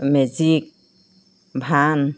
magic ভান